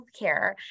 healthcare